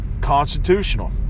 constitutional